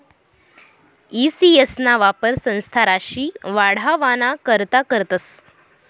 E CS ना वापर संस्था राशी वाढावाना करता करतस